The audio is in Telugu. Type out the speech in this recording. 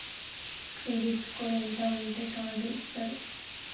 క్రెడిట్ స్కోర్ ఎంత ఉంటే కార్డ్ ఇస్తారు?